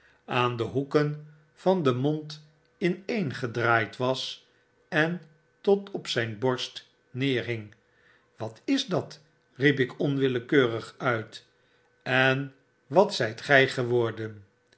aan de hoeken van den mond ineengedraaid was en tot op zijn borst neerhing wat is dat riep ikonwillekeuriguit en wat zijt gy geworden